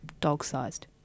dog-sized